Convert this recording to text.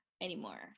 anymore